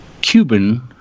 Cuban